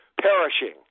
perishing